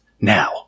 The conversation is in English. Now